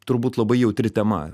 turbūt labai jautri tema